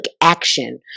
action